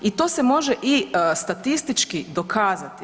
I to se može i statistički dokazati.